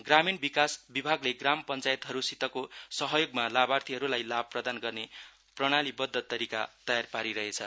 ग्रामीण विकास विभागले ग्राम पञ्चायतबहरूसितको सहयोगमा लाभार्थीहरूलाई लाभ प्रदान गर्ने प्रणालीबद्ध तरिका तयार पारिरहेछ